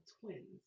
twins